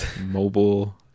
mobile